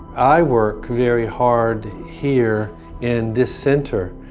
i work very hard here in this center,